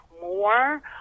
more